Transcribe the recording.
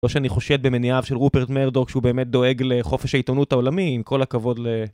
לא שאני חושד במניעיו של רופרט מרדוק שהוא באמת דואג לחופש העיתונות העולמי עם כל הכבוד ל...